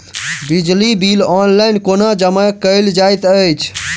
बिजली bill online कोना जमा कएल जाइत अछि?